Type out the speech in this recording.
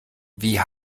wie